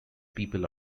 people